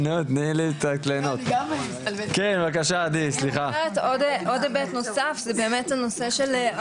זה דיון והוצפו בו גם ההפרות השונות שקשורות לזכויות